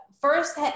first